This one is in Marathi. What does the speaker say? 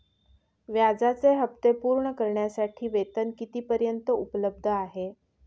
व्याजाचे हप्ते पूर्ण करण्यासाठी वेतन किती पर्यंत उपलब्ध आहे?